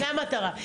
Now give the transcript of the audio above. זאת המטרה.